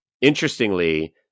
Interestingly